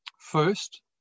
First